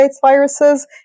viruses